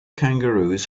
kangaroos